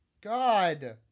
god